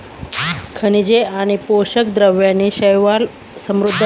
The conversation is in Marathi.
खनिजे आणि पोषक द्रव्यांनी शैवाल समृद्ध असतं